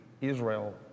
Israel